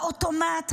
באוטומט,